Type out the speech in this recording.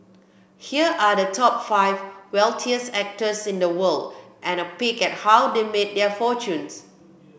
here are the top five wealthiest actors in the world and a peek at how they made their fortunes